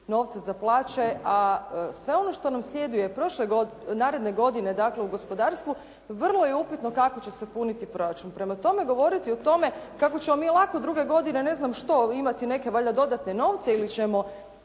novce za plaće, a sve ono što nam slijedi je prošle, naredne godine dakle u gospodarstvu vrlo je upitno kako će se puniti proračun. Prema tome govoriti o tome kako ćemo mi lako druge godine, ne znam što, imati neke valjda dodatne novce ili ćemo